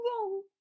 wrong